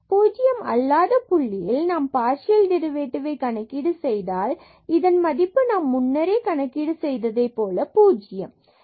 பூஜ்ஜியம் அல்லாத புள்ளியில் நாம் பார்சியல் டெரிவேட்டிவ்வை கணக்கீடு செய்தால் இதன் மதிப்பு நாம் முன்னரே கணக்கீடு செய்ததைப் போல பூஜ்யம் ஆகும்